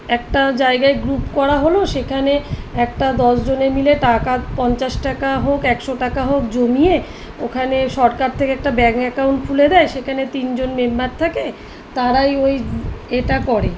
একটা জায়গায় গ্রুপ করা হলো সেখানে একটা দশ জনে মিলে টাকা পঞ্চাশ টাকা হোক একশো টাকা হোক জমিয়ে ওখানে সরকার থেকে একটা ব্যাংক অ্যাকাউন্ট খুলে দেয় সেখানে তিন জন মেম্বার থাকে তারাই ওই এটা করে